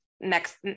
next